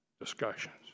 discussions